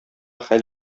хәл